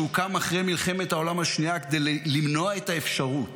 שהוקם אחרי מלחמת העולם השנייה כדי למנוע את האפשרות